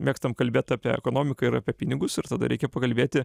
mėgstam kalbėt apie ekonomiką ir apie pinigus ir tada reikia pakalbėti